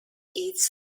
its